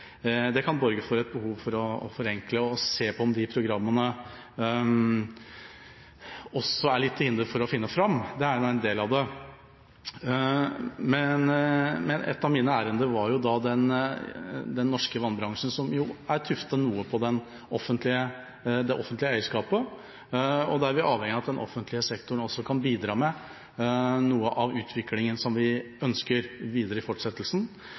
kan borge for et behov for å forenkle og se på om de programmene også er litt til hinder for å finne fram. Det er nå en del av det. Et av mine ærender var den norske vannbransjen, som jo er tuftet noe på det offentlige eierskapet. Da er vi avhengige av at den offentlige sektoren også kan bidra med noe av utviklingen som vi ønsker i fortsettelsen.